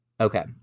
Okay